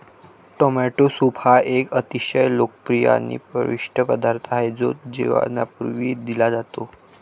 tomato soup हा एक अतिशय लोकप्रिय आणि पौष्टिक पदार्थ आहे जो जेवणापूर्वी दिला जातो